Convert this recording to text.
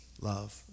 love